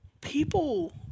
people